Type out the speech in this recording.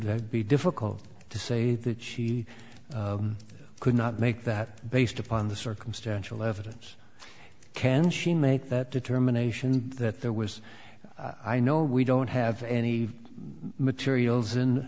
could be difficult to say that she could not make that based upon the circumstantial evidence can she make that determination that there was i know we don't have any materials